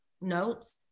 notes